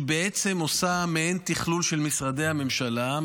היא בעצם עושה מעין תכלול של משרדי הממשלה,